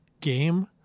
game